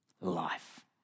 life